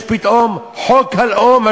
יש פתאום חוק הלאום,